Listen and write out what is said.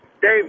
Dave